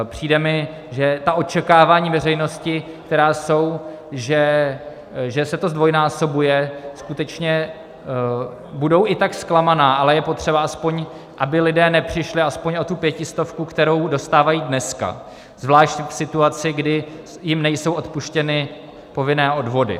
Přijde mi, že očekávání veřejnosti, která jsou, že se to zdvojnásobuje, skutečně budou i tak zklamaná, ale je potřeba aspoň, aby lidé nepřišli o tu pětistovku, kterou dostávají dneska, zvlášť v situaci, kdy jim nejsou odpuštěny povinné odvody.